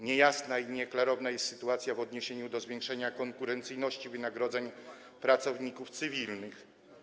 Niejasna i nieklarowna jest sytuacja w odniesieniu do zwiększenia konkurencyjności wynagrodzeń pracowników cywilnych.